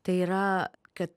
tai yra kad